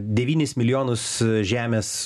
devynis milijonus žemės